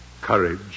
Courage